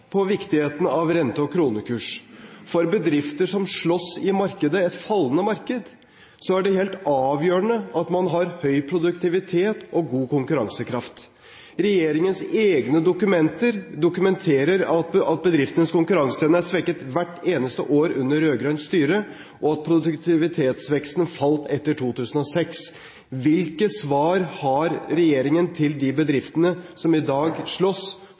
på viktigheten av rente- og kronekurs. For bedrifter som slåss i et fallende marked, er det helt avgjørende at man har høy produktivitet og god konkurransekraft. Regjeringens egne dokumenter viser at bedriftenes konkurranseevne har vært svekket hvert eneste år under rød-grønt styre, og at produktivitetsveksten falt etter 2006. Hvilke svar har regjeringen til de bedriftene som i dag slåss